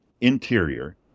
interior